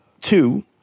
Two